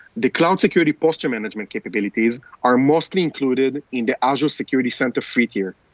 the cloud security posture management capabilities are mostly included in the azure security center free tier.